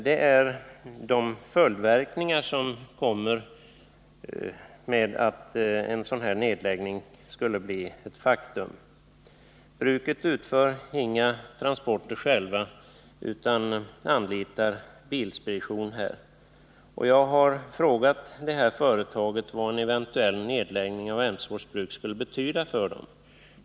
Det gäller de följdverkningar som kommer av att en nedläggning skulle bli ett faktum. Bruket utför inga transporter självt utan anlitar Bilspedition. Jag har frågat företaget vad en eventuell nedläggning av Emsfors bruk skulle betyda för det.